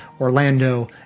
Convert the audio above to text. Orlando